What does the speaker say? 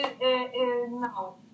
no